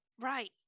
Right